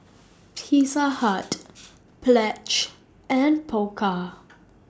Pizza Hut Pledge and Pokka